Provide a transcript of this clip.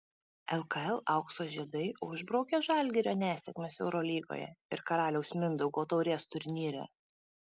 lkl aukso žiedai užbraukė žalgirio nesėkmes eurolygoje ir karaliaus mindaugo taurės turnyre